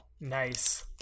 Nice